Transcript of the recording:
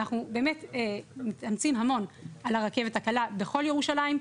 ואנחנו באמת מתאמצים המון על הרכבת הקלה בכל ירושלים.